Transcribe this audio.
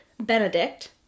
Benedict